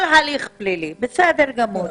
כל הליך פלילי, בסדר גמור.